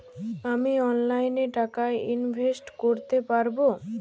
আমি অনলাইনে টাকা ইনভেস্ট করতে পারবো?